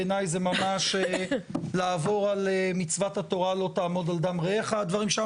בעיניי הדברים שאמרת זה ממש לעבור על מצוות התורה ״לא תעמוד על דם רעך״.